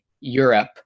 Europe